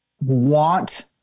want